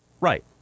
right